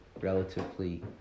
relatively